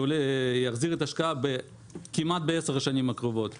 שיחזיר את ההשקעה כמעט ב-10 השנים הקרובות.